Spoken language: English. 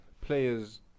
players